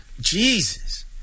Jesus